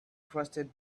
trusted